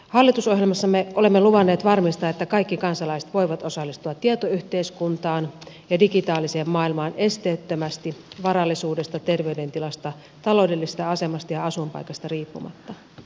hallitusohjelmassamme olemme luvanneet varmistaa että kaikki kansalaiset voivat osallistua tietoyhteiskuntaan ja digitaaliseen maailmaan esteettömästi varallisuudesta terveydentilasta taloudellisesta asemasta ja asuinpaikasta riippumatta